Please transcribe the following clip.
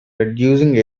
reducing